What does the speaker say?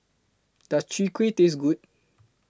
Does Chwee Kueh Taste Good